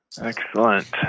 Excellent